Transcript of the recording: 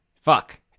Fuck